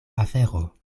afero